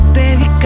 baby